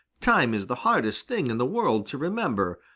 time is the hardest thing in the world to remember,